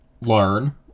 learn